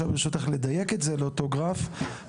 לדייק את זה באותו גרף,